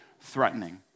threatening